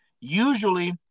usually